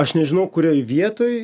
aš nežinau kurioj vietoj